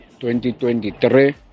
2023